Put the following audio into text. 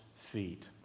feet